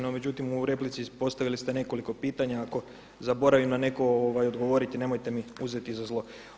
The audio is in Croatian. No međutim u replici postavili ste nekoliko pitanja, ako zaboravim na neko odgovoriti nemojte mi uzeti za zlo.